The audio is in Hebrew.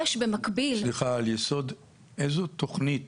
יש במקביל --- סליחה, על יסוד איזו תוכנית